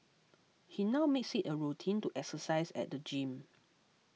he now makes it a routine to exercise at the gym